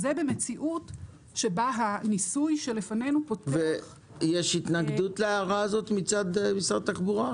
להערה הזאת יש התנגדות מצד משרד התחבורה?